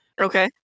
Okay